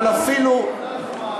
אבל אפילו,